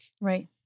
Right